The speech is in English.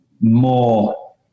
more